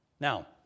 Now